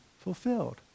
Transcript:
fulfilled